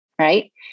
right